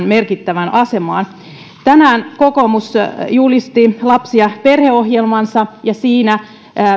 merkittävään asemaan tänään kokoomus julisti lapsi ja perheohjelmansa ja siinä